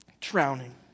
drowning